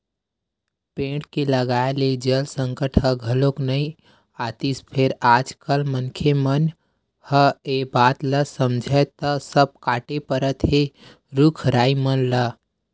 पेड़ के लगाए ले जल संकट ह घलो नइ आतिस फेर आज कल मनखे मन ह ए बात ल समझय त सब कांटे परत हे रुख राई मन ल